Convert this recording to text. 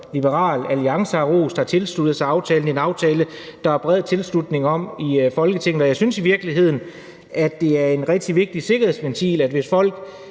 Liberal Alliance har rost, og de har tilsluttet sig aftalen. Det er en aftale, der er bred tilslutning til i Folketinget. Jeg synes i virkeligheden, at det er en rigtig vigtig sikkerhedsventil, at hvis folk